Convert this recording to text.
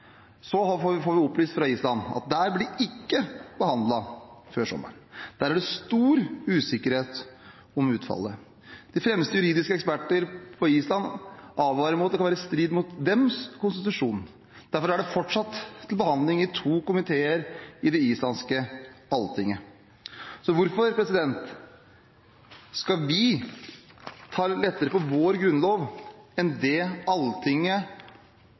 Så får vi opplyst fra Island at der blir det ikke behandlet før sommeren. Der er det stor usikkerhet om utfallet. De fremste juridiske eksperter på Island advarer mot at det kan være i strid med deres konstitusjon. Derfor er det fortsatt til behandling i to komiteer i det islandske Alltinget. Hvorfor skal vi ta lettere på vår grunnlov enn det Alltinget